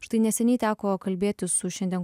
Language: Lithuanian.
štai neseniai teko kalbėtis su šiandien